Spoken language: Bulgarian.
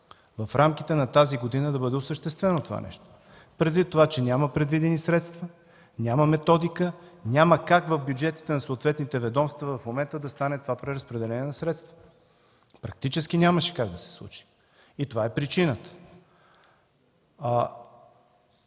в рамките на тази година да бъде осъществено това нещо, предвид това, че няма предвидени средства, няма методика, няма как в бюджетите на съответните ведомства в момента да стане това преразпределение на средствата. Практически нямаше как това да се случи. Това е причината.